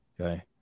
Okay